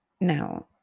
Now